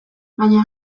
baina